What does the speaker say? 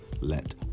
let